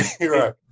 Right